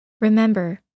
Remember